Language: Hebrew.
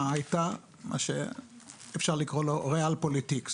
הייתה סיבה שאפשר לקרוא לה Realpolitik .